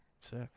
sick